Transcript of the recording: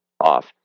off